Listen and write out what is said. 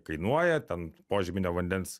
kainuoja ten požeminio vandens